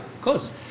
close